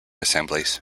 assemblies